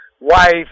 wife